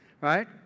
Right